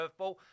curveball